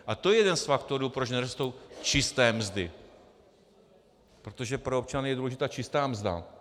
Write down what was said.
A to je jeden z faktorů, proč nerostou čisté mzdy, protože pro občany je důležitá čistá mzda.